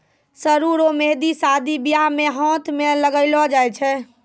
सरु रो मेंहदी शादी बियाह मे हाथ मे लगैलो जाय छै